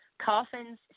coffins